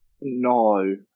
No